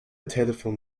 telephone